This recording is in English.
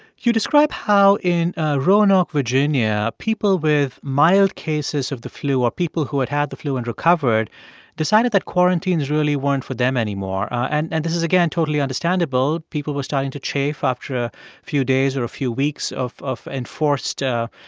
you describe how in roanoke, va, yeah people with mild cases of the flu or people who had had the flu and recovered decided that quarantines really weren't for them anymore. and and this is, again, totally understandable. people were starting to chafe after a few days or a few weeks of of enforced, you